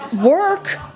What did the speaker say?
Work